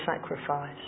sacrifice